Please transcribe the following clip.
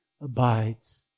abides